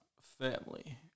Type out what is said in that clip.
family